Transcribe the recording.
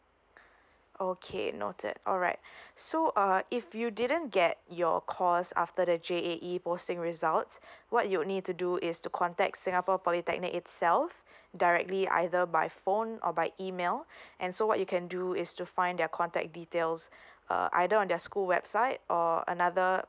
okay noted alright so uh if you didn't get your course after the J_A_E posting results what you need to do is to contact singapore polytechnic itself directly either by phone or by email and so what you can do is to find their contact details uh either on their school website or another